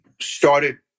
started